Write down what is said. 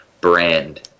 brand